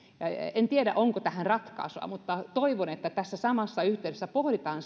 en tiedä onko tähän ratkaisua mutta toivon että tässä samassa yhteydessä pohditaan